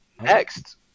Next